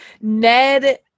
Ned